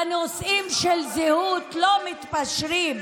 בנושאים של זהות לא מתפשרים,